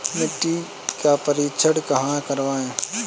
मिट्टी का परीक्षण कहाँ करवाएँ?